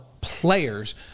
players